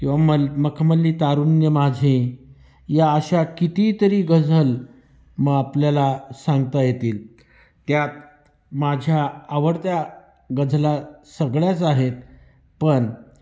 किंवा मल मलमली तारुण्य माझे या अशा कितीतरी गझल मग आपल्याला सांगता येतील त्यात माझ्या आवडत्या गझला सगळ्याच आहेत पण